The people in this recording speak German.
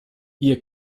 ihr